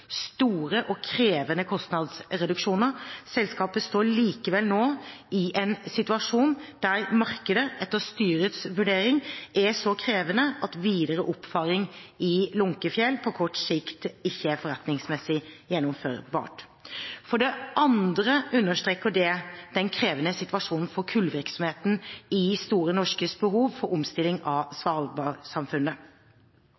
store og krevende kostnadsreduksjoner. Selskapet står likevel nå i en situasjon der markedet, etter styrets vurdering, er så krevende at videre oppfaring i Lunckefiell, på kort sikt, ikke er forretningsmessig gjennomførbart. For det andre understreker den krevende situasjonen for kullvirksomheten i Store Norske behovet for omstilling av